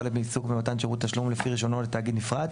לעיסוק במתן שירות התשלום לפי רישיונו לתאגיד נפרד,